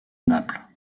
naples